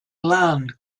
land